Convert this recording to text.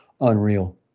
unreal